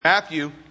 Matthew